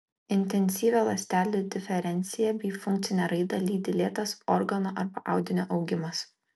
intensyvią ląstelių diferenciaciją bei funkcinę raidą lydi lėtas organo arba audinio augimas